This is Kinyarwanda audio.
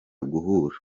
guhura